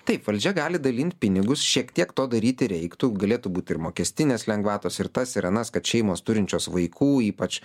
taip valdžia gali dalint pinigus šiek tiek to daryti reiktų galėtų būt ir mokestinės lengvatos ir tas ir anas kad šeimos turinčios vaikų ypač